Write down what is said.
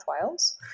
Wales